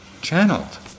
channeled